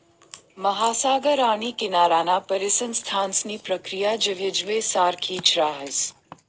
महासागर आणि किनाराना परिसंस्थांसनी प्रक्रिया जवयजवय सारखीच राहस